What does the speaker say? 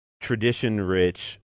Tradition-rich